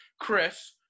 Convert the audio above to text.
Chris